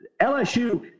LSU